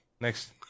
Next